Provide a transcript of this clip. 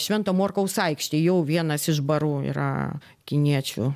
švento morkaus aikštėj jau vienas iš barų yra kiniečių